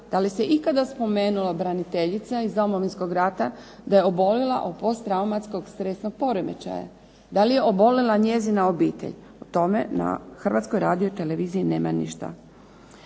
Da li se ikada spomenula braniteljica iz Domovinskog rata da je obolila od posttraumatskog stresnog poremećaja, da li je obolila njezina obitelj? O tome na Hrvatskoj radioteleviziji nema ništa.